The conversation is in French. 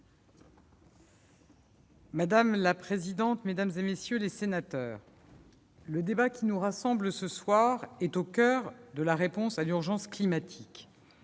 Madame la présidente, mesdames, messieurs les sénateurs, le débat qui nous rassemble cet après-midi est au coeur de la réponse à l'urgence climatique,